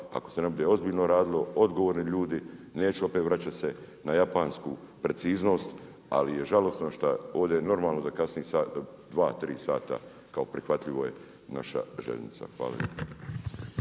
ako se ne bude ozbiljno radilo, odgovorni ljudi, neću opet vraćat se na japansku preciznost, ali je žalosno šta ovdje je normalno da kasni sa dva, tri sata kao prihvatljivo je, naša željeznica. Hvala